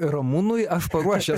ramūnui aš paruošęs